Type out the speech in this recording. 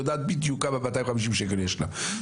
היא יודעת בדיוק כמה 250 שקלים יש לה.